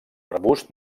arbust